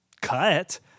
cut